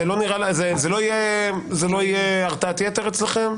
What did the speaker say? זאת לא תהיה הרתעת יתר אצלכם?